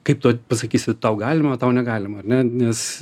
kaip tu pasakysi tau galima tau negalima ar ne nes